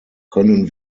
können